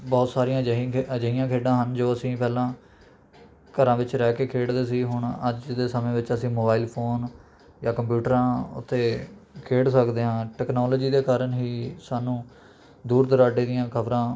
ਬਹੁਤ ਸਾਰੀਆਂ ਅਜਿਹੀਆਂ ਖ ਅਜਿਹੀਆਂ ਖੇਡਾਂ ਹਨ ਜੋ ਅਸੀਂ ਪਹਿਲਾਂ ਘਰਾਂ ਵਿੱਚ ਰਹਿ ਕੇ ਖੇਡਦੇ ਸੀ ਹੁਣ ਅੱਜ ਦੇ ਸਮੇਂ ਵਿੱਚ ਅਸੀਂ ਮੋਬਾਇਲ ਫ਼ੋਨ ਜਾਂ ਕੰਪਿਊਟਰਾਂ ਉੱਤੇ ਖੇਡ ਸਕਦੇ ਹਾਂ ਟੈਕਨਾਲੋਜੀ ਦੇ ਕਾਰਨ ਹੀ ਸਾਨੂੰ ਦੂਰ ਦੁਰਾਡੇ ਦੀਆਂ ਖਬਰਾਂ